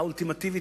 האולטימטיבית,